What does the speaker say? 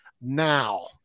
now